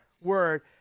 word